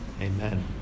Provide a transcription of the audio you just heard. Amen